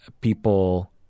people